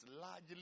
largely